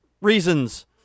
reasons